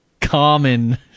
common